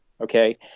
okay